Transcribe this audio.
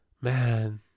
man